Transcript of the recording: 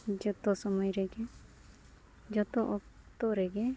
ᱡᱚᱛᱚ ᱥᱚᱢᱚᱭ ᱨᱮᱜᱮ ᱡᱚᱛᱚ ᱚᱠᱛᱚ ᱨᱮᱜᱮ